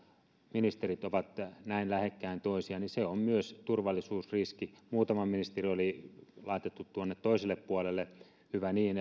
ministerit ovat näin lähekkäin toisiaan on myös turvallisuusriski muutama ministeri oli laitettu tuonne toiselle puolelle hyvä niin